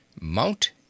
Mount